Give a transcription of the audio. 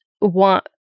want